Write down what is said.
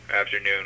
afternoon